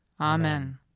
Amen